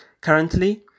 Currently